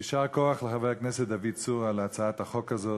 יישר כוח לחבר הכנסת דוד צור על הצעת החוק הזאת.